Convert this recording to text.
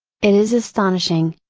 it is astonishing,